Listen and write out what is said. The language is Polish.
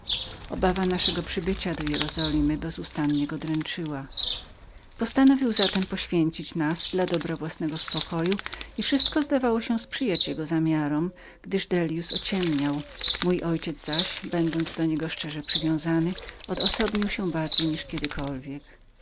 obawa naszego przybycia do jerolimyjerozolimy bezustannie go dręczyła postanowił za tem poświęcić nas swemu spokojowi i wszystko zdawało się sprzyjać jego zamiarom gdyż dellius ociemniał mój ojciec zaś będąc do niego szczerze przywiązanym odosobnił się bardziej niż kiedykolwiek